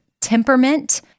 Temperament